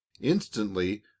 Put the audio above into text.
Instantly